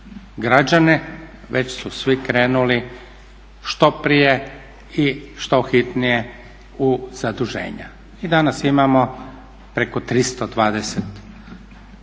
građane, već su svi krenuli što prije i što hitnije u zaduženja i danas imamo preko 320